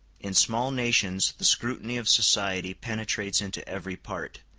in small nations the scrutiny of society penetrates into every part,